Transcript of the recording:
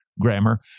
grammar